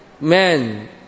man